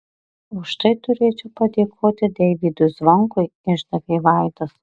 už tai turėčiau padėkoti deivydui zvonkui išdavė vaidas